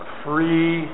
free